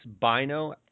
Bino